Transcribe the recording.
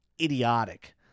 idiotic